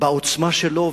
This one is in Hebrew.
בעוצמה שלו.